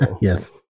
Yes